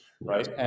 right